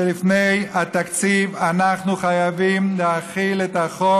שלפני התקציב אנחנו חייבים להחיל את החוק